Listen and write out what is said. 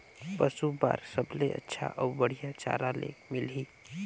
पशु बार सबले अच्छा अउ बढ़िया चारा ले मिलही?